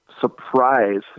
surprise